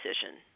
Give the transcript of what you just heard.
decision